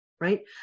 Right